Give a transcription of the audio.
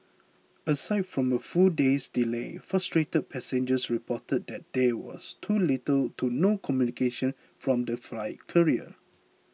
aside from the full day's delay frustrated passengers reported that there was too little to no communication from the flight carrier